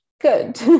good